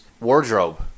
Wardrobe